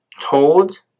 told